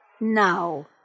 Now